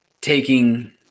taking